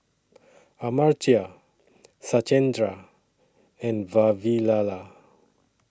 Amartya Satyendra and Vavilala